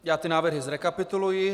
Já tyto návrhy zrekapituluji: